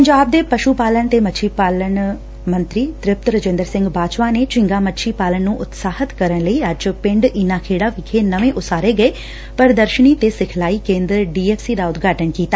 ਪੰਜਾਬ ਦੇ ਪਸ਼ੁ ਪਾਲਣ ਮੱਛੀ ਪਾਲਣ ਤੇ ਡੇਅਰੀ ਵਿਕਾਸ ਮੰਤਰੀ ਤ੍ਰਿਪਤ ਰਜਿੰਦਰ ਸਿੰਘ ਬਾਜਵਾ ਨੇ ਝੀਗਾ ਮੱਛੀ ਪਾਲਣ ਨ੍ਰੰ ਉਤਸ਼ਾਹਿਤ ਕੁਰਨ ਲਈ ਅੱਜ ਪਿੰਡ ਈਨਾਖੇੜਾ ਵਿਖੇ ਨਵੇ ਉਸਾਰੇ ਗਏ ਪ੍ਰਦਰਸ਼ਨੀ ਤੇ ਸਿਖਲਾਈ ਕੇਦਰ ਡੀ ਐਫ਼ ਸੀ ਦਾ ਉਦਘਾਟਨ ਕੀਤਾ